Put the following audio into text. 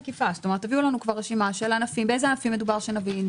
תביאו לנו רשימה, באילו ענפים מדובר, שנבין.